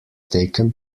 taken